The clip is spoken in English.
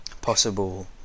possible